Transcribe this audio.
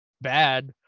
bad